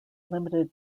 limited